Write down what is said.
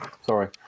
sorry